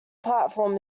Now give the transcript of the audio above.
platform